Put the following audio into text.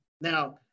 Now